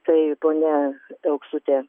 tai ponia auksutė